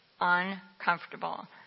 uncomfortable